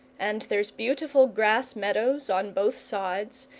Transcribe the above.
and there's beautiful grass meadows on both sides,